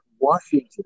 Washington